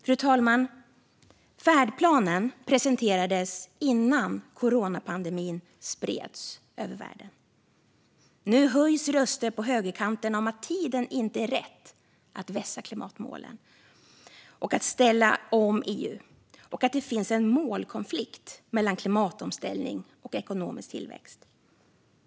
Fru talman! Färdplanen presenterades innan coronapandemin spred sig över världen. Nu höjs röster på högerkanten om att tiden inte är rätt att vässa klimatmålen och ställa om EU och att det finns en målkonflikt mellan klimatomställning och ekonomisk tillväxt.